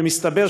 מסתבר,